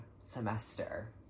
semester